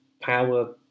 power